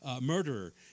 murderer